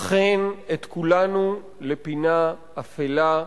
אכן, את כולנו לפינה אפלה,